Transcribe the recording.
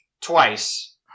twice